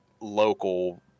local